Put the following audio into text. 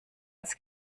als